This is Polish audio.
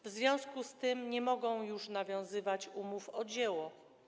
W związku z tym nie mogą już nawiązywać umów o dzieło.